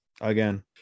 Again